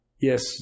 Yes